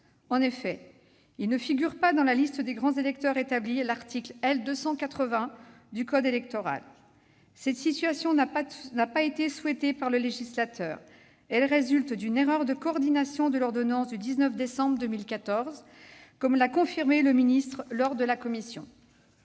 En effet, ils ne figurent pas dans la liste des grands électeurs établie à l'article L. 280 du code électoral. Cette situation n'a pas été souhaitée par le législateur. Elle résulte d'une erreur de coordination de l'ordonnance du 19 décembre 2014, comme l'a confirmé le secrétaire d'État en commission.